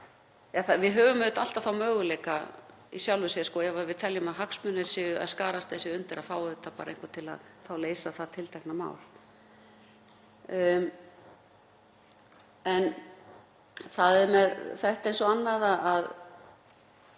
Við höfum auðvitað alltaf möguleika í sjálfu sér, ef við teljum að hagsmunir séu að skarast, að fá einhvern til að leysa það tiltekna mál. En það er með þetta eins og annað,